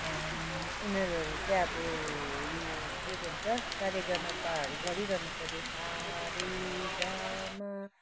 उनीहरू चाहिँ अब यो के भन्छ सा रे गा मा पाहरू गरिरहनु पर्यो सा रे गा मा